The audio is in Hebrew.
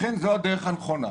לכן זו הדרך הנכונה.